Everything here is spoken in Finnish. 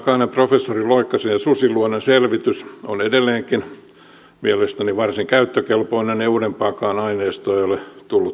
tämänaikainen professori loikkasen ja professori susiluodon selvitys on edelleenkin mielestäni varsin käyttökelpoinen ja uudempaakaan aineistoa ei ole tullut silmiini